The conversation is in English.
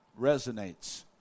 resonates